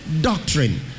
doctrine